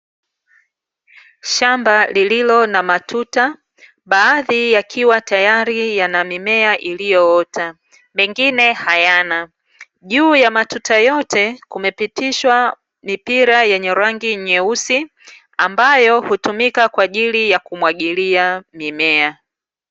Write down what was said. Shamba lililo na matuta, baadhi yakiwa tayari yana mimea iliyoota, mengine hayana. Juu ya matuta yote kumepitishwa mipira yenye rangi nyeusi, ambayo hutumika kwa ajili ya kumwagilia mimea.